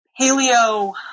paleo